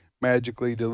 Magically